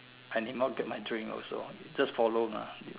I may not get my dream also just follow mah